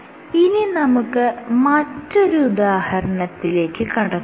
ഇനി നമുക്ക് മറ്റൊരു ഉദാഹരണത്തിലേക്ക് കടക്കാം